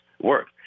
work